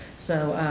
so.